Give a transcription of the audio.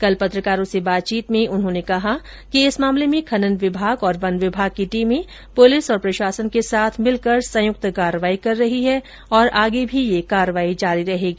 कल पत्रकारों से बातचीत में उन्होंने कहा कि इस मामले में खनन विभाग और वन विभाग की टीमें पुलिस और प्रशासन के साथ संयुक्त कार्रवाई कर रही है और आगे भी यह कार्रवाई जारी रहेगी